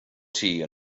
tea